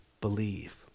believe